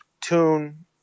tune